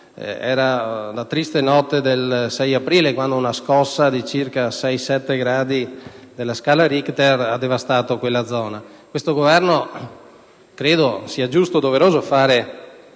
Era la triste notte del 6 aprile quando una scossa di circa 6‑7 gradi della scala Richter ha devastato quella zona. Credo che sia giusto e doveroso fare